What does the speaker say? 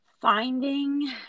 finding